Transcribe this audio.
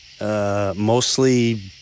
mostly